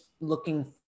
looking